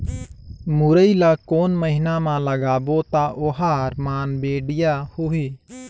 मुरई ला कोन महीना मा लगाबो ता ओहार मान बेडिया होही?